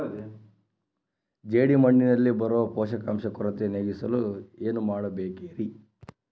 ಜೇಡಿಮಣ್ಣಿನಲ್ಲಿ ಬರೋ ಪೋಷಕಾಂಶ ಕೊರತೆ ನೇಗಿಸಲು ಏನು ಮಾಡಬೇಕರಿ?